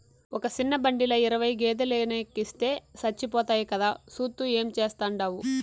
ఒక సిన్న బండిల ఇరవై గేదేలెనెక్కిస్తే సచ్చిపోతాయి కదా, సూత్తూ ఏం చేస్తాండావు